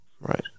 Right